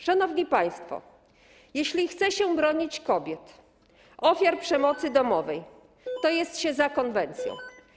Szanowni państwo, jeśli chce się bronić kobiet, ofiar przemocy domowej, to jest się za konwencją.